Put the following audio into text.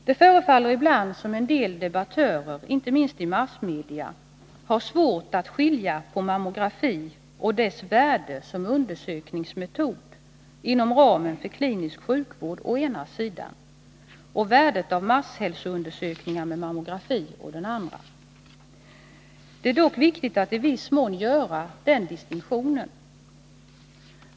Det förefaller ibland som om en del debattörer, inte minst i massmedia, har svårt att skilja på mammografi och dess värde som undersökningsmetod inom ramen för klinisk sjukvård å ena sidan och värdet av masshälsoundersökningar med mammografi å den andra. Det är dock viktigt att i viss mån göra den distinktionen.